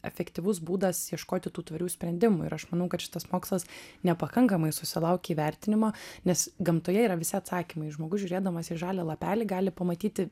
efektyvus būdas ieškoti tų tvarių sprendimų ir aš manau kad šitas mokslas nepakankamai susilaukė įvertinimo nes gamtoje yra visi atsakymai žmogus žiūrėdamas į žalią lapelį gali pamatyti